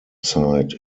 site